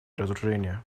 разоружения